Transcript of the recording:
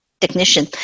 technician